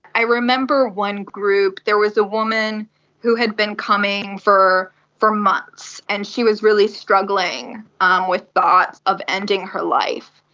i remember one group, there was a woman who had been coming for for months and she was really struggling um with thoughts of ending her life.